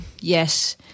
Yes